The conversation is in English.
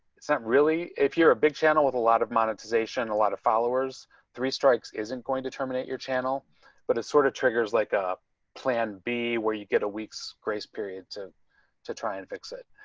it's not really, if you're a big channel with a lot of monetization. a lot of followers three strikes isn't going to terminate your channel but it's sort of triggers like a plan b where you get a week's grace period to to try and fix it.